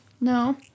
no